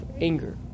anger